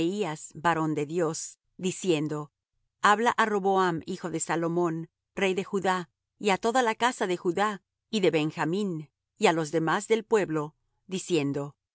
semeías varón de dios diciendo habla á roboam hijo de salomón rey de judá y á toda la casa de judá y de benjamín y á los demás del pueblo diciendo